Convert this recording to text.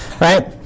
right